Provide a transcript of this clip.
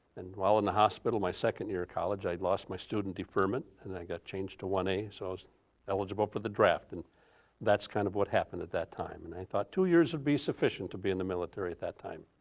and while in the hospital, my second year of college, i lost my student deferment and i got changed to one a, so i was eligible for the draft and that's kind of what happened at that time. and i thought two years would be sufficient to be in the military at that time.